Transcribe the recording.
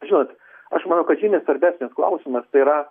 žinot aš manau kad žymiai svarbesnis klausimas tai yra